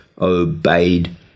obeyed